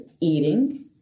eating